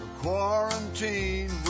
quarantine